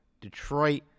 detroit